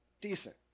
decent